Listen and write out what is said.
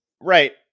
right